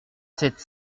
sept